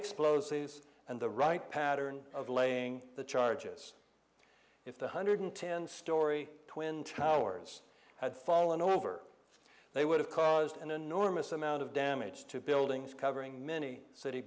sees and the right pattern of laying the charges if one hundred ten story twin towers had fallen over they would have caused an enormous amount of damage to buildings covering many city